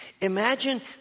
Imagine